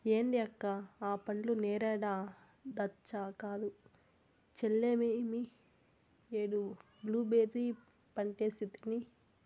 ఏంది అక్క ఆ పండ్లు నేరేడా దాచ్చా కాదు చెల్లే మేమీ ఏడు బ్లూబెర్రీ పంటేసితిని